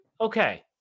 Okay